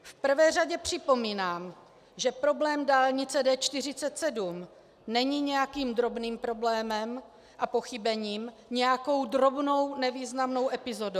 V prvé řadě připomínám, že problém dálnice D47 není nějakým drobným problémem a pochybením, nějakou drobnou nevýznamnou epizodou.